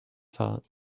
thought